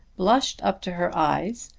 blushed up to her eyes,